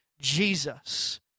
Jesus